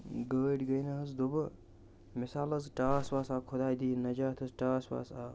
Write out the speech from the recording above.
گٲڑۍ گٔے نہٕ حظ دُبہٕ مِثال حظ ٹاس واس آو خۄداے دِیِن نجات حظ ٹاس واس آو